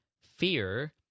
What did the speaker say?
fear